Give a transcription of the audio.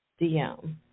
DM